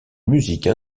musique